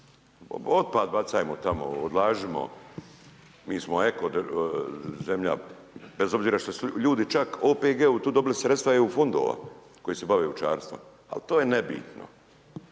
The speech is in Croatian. Otpad bacajmo tamo, odlažimo, mi smo eko zemlja bez obzira što su ljudi čak OPG-u tu dobili sredstva EU fondova koji se bave ovčarstvom, ali to je nebitno.